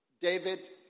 David